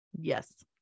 Yes